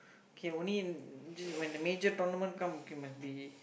okay only just when the major tournament come okay must be